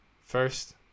First